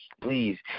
please